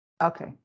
Okay